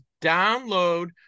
download